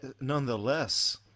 nonetheless